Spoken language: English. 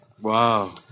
Wow